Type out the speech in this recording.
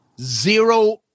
Zero